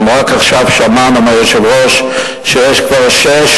רק עכשיו שמענו מהיושב-ראש שיש כבר שישה